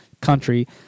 country